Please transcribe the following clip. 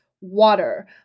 water